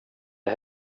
det